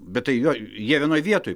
bet tai jo jie vienoj vietoj